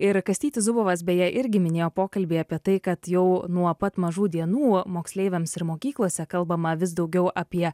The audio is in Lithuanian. ir kastytis zubovas beje irgi minėjo pokalbį apie tai kad jau nuo pat mažų dienų moksleiviams ir mokyklose kalbama vis daugiau apie